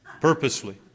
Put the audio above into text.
purposely